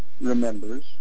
remembers